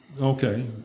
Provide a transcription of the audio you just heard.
Okay